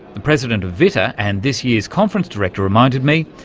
the president of vitta and this year's conference director reminded me,